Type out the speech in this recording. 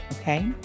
Okay